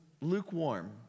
lukewarm